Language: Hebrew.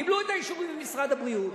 קיבלו את האישורים ממשרד הבריאות,